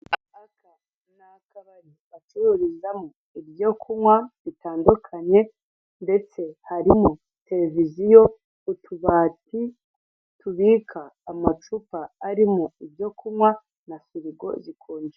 Ahacururizwamo ibyo kunywa bitandukanye ndetse harimo tereviziyo, ububati tubika amacupa arimo ibyo kunywa na firigo zikonjesha.